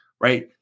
right